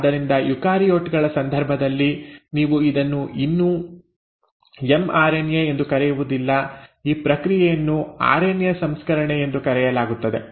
ಆದ್ದರಿಂದ ಯುಕಾರಿಯೋಟ್ ಗಳ ಸಂದರ್ಭದಲ್ಲಿ ನೀವು ಇದನ್ನು ಇನ್ನೂ ಎಂಆರ್ಎನ್ಎ ಎಂದು ಕರೆಯುವುದಿಲ್ಲ ಈ ಪ್ರಕ್ರಿಯೆಯನ್ನು ಆರ್ಎನ್ಎ ಸಂಸ್ಕರಣೆ ಎಂದು ಕರೆಯಲಾಗುತ್ತದೆ